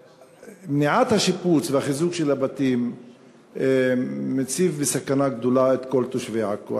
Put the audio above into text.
שמניעת השיפוץ וחיזוק הבתים מציבה בסכנה גדולה את כל תושבי עכו.